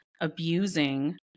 abusing